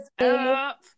up